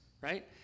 right